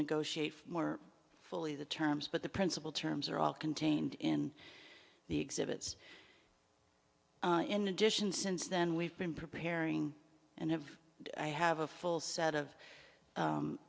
negotiate more fully the terms but the principal terms are all contained in the exhibits in addition since then we've been preparing and have i have a full set of